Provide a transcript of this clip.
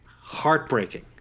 heartbreaking